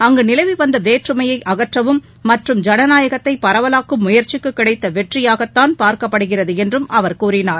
அங்கு நிலவி வந்த வேற்றுமையை அகற்றவும் மற்றும் ஜனநாயகத்தை பரவலாக்கும் முயற்சிக்கு கிடைத்த வெற்றியாகத்தான் பார்க்கப்படுகிறது என்றும் அவர் கூறினார்